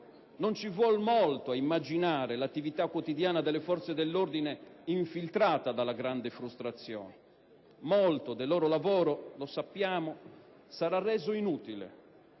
Non ci vuole molto ad immaginare l'attività quotidiana delle forze dell'ordine infiltrata dalla grande frustrazione. Molto del loro lavoro, lo sappiamo, sarà reso inutile.